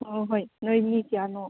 ꯑꯣ ꯍꯣꯏ ꯅꯣꯏ ꯃꯤ ꯀꯌꯥꯅꯣ